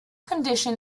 condition